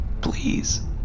please